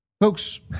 Folks